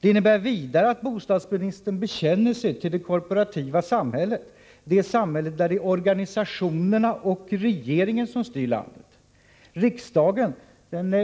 Det innebär vidare att bostadsministern bekänner sig till det korporativa samhället — det samhälle där det är organisationerna och regeringen som styr landet, medan riksdagen